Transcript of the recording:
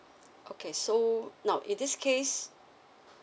okay so now in this case